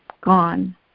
gone